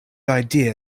idea